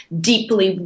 deeply